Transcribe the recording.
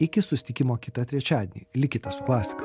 iki susitikimo kitą trečiadienį likite su klasika